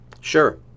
Sure